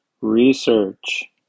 research